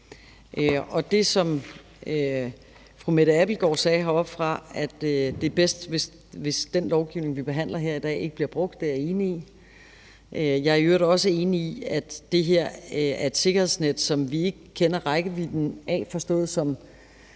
Det, som fru Mette Abildgaard sagde heroppefra om, at det er bedst, hvis den lovgivning, vi behandler her i dag, ikke bliver brugt, er jeg enig i. Jeg er i øvrigt også enig i, at det her er et sikkerhedsnet, som vi ikke kender rækkevidden af, forstået